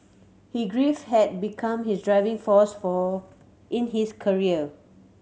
he grief had become his driving force for in his career